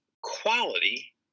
quality